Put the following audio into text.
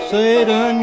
Satan